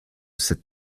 cette